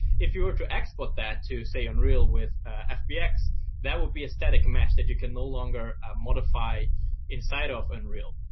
if you were to export that to, say, unreal with ah fbx, that would be a static mesh that you can no longer modify inside of unreal.